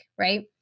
right